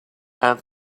and